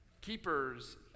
Keepers